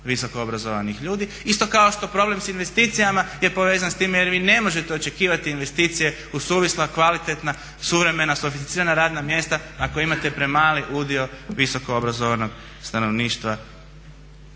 visokoobrazovanih ljudi, isto kao što problem s investicijama je povezan s time jer vi ne možete očekivati investicije uz suvisla, kvalitetna, suvremena, sofisticirana radna mjesta ako imate premali udio visokoobrazovanog stanovništva